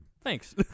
Thanks